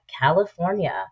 California